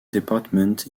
department